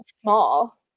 small